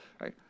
right